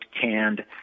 canned